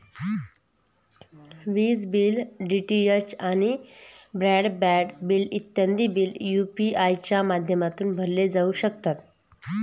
विज bill, DTH आणि broadband bill इत्यादी बिल यू.पी.आय च्या माध्यमाने भरले जाऊ शकतात